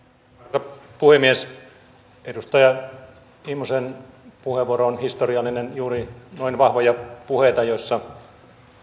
arvoisa puhemies edustaja immosen puheenvuoro on historiallinen juuri noin vahvoja puheenvuoroja joissa